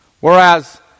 whereas